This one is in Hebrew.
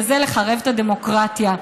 וזה לחרב את הדמוקרטיה.